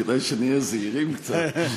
כדי שנהיה זהירים קצת.